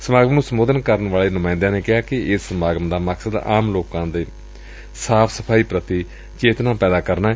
ਸਮਾਗਮ ਨੁੰ ਸੰਬੋਧਨ ਕਰਨ ਵਾਲੇ ਬੁਲਾਰਿਆ ਨੇ ਕਿਹਾ ਕਿ ਏਸ ਸਮਾਗਮ ਦਾ ਮਕਸਦ ਆਮ ਲੋਕਾਂ ਚ ਸਾਫ਼ ਸਫਾਈ ਪ੍ਰਤੀ ਚੇਤਨਾ ਪੈਦਾ ਕਰਨਾ ਏ